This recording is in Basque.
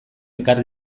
ekar